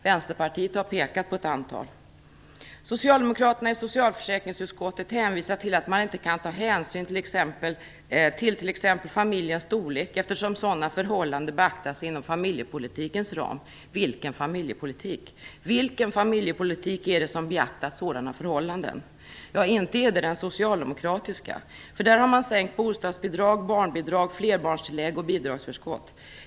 Vänsterpartiet har pekat på ett antal. Socialdemokraterna i socialförsäkringsutskottet hänvisar till att man inte kan ta hänsyn till t.ex. familjens storlek eftersom sådana förhållanden beaktas inom familjepolitikens ram. Vilken familjepolitik? Vilken familjepolitik är det som beaktar sådana förhållanden? Inte är det den socialdemokratiska. Där har man sänkt bostadsbidrag, barnbidrag, flerbarnstillägg och bidragsförskott.